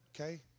Okay